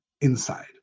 inside